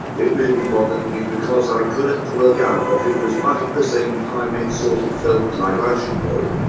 it really bothered me because i couldn't work out what it was, but at the same time it sort of felt like i should know.